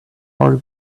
our